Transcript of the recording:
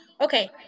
okay